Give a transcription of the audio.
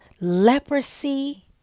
leprosy